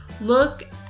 look